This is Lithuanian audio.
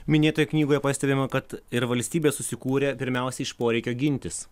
minėtoje knygoje pastebima kad ir valstybė susikūrė pirmiausia iš poreikio gintis